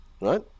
right